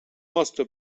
måste